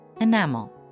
enamel